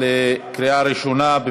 התשע"ז 2017,